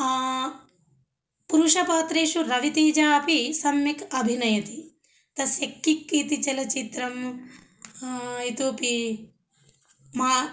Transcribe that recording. पुरुष पात्रेषु रवितेजा अपि सम्यक् अभिनयति तस्य किक् इति चलचित्रं इतोपि मा